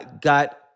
got